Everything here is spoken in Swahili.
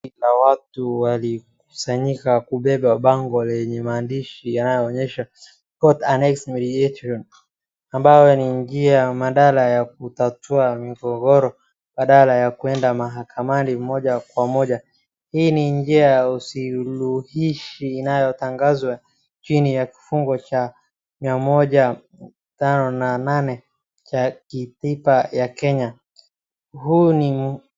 Watu walikusanyika kubeba bango lenye maandishi yanayoonyesha COURT ANNEXED MEDIATION ambayo yanaingia badala ya kutatua migogoro badala ya kuingia mahakamani moja kwa moja. Hii ni njia ya usuluhishi inayotangazwa chini ya kifungu cha mia moja tano na nane cha katiba ya Kenya.